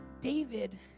David